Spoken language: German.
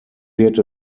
wird